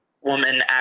woman